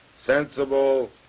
sensible